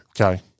Okay